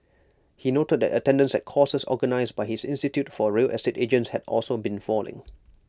he noted that attendance at courses organised by his institute for real estate agents had also been falling